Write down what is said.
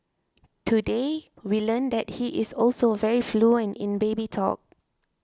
today we learned that he is also very fluent in baby talk